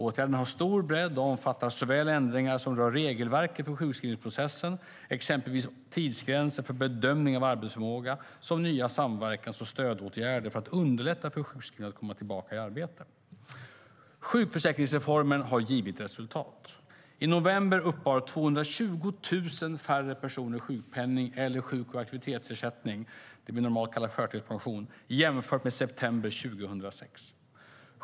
Åtgärderna har stor bredd och omfattar såväl ändringar som rör regelverket för sjukskrivningsprocessen, exempelvis tidsgränser för bedömning av arbetsförmåga, som nya samverkans och stödåtgärder för att underlätta för sjukskrivna att komma tillbaka i arbete. Sjukförsäkringsreformen har givit resultat. I november uppbar 220 000 färre personer sjukpenning eller sjuk och aktivitetsersättning - det vi normalt kallar förtidspension - jämfört med september 2006.